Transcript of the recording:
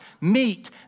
meet